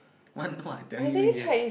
want what I telling you yes